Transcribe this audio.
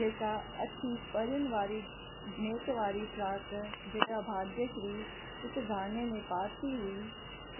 जेका अछी परियुनि वारी नेट वारी फ़्रॉक जेका भाग्यश्री हिकु गाने में पाती हुई